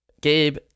Gabe